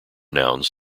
nouns